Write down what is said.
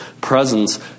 presence